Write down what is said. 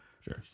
Sure